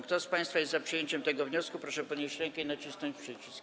Kto z państwa jest za przyjęciem tego wniosku, proszę podnieść rękę i nacisnąć przycisk.